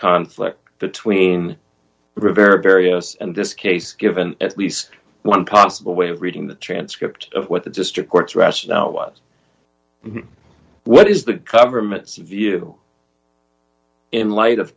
conflict between rivera various and this case given at least one possible way of reading the transcript of what the district court rationale was what is the government's view in light of